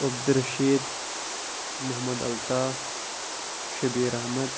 Abdul Rashid Mohammad Altaf Shabir Ahmad